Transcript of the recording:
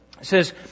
says